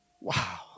Wow